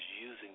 using